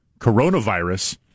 Coronavirus